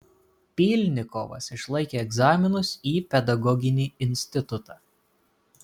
pylnikovas išlaikė egzaminus į pedagoginį institutą